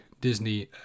Disney